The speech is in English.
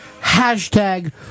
Hashtag